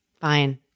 fine